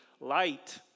light